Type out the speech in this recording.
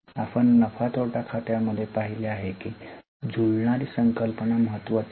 आपण नफा तोटा खात्यामध्ये पाहिले आहे की जुळणारी संकल्पना महत्वाची आहे